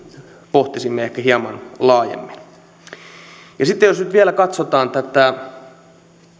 pohtisimme ehkä hieman laajemmin sitten jos nyt vielä katsotaan tätä